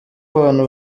abantu